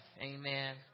Amen